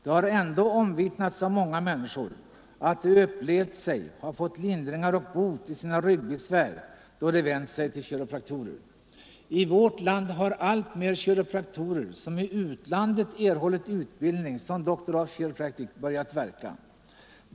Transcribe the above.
Det har ändå omvittnats av många människor att de upplevt sig ha fått lindring eller bot i sina ryggbesvär m.m. då de vänt sig till kiropraktorer. I vårt land har emellertid allt fler kiropraktorer som i utlandet erhållit utbildning som Doctors of Chiropractic börjat verka.